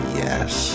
yes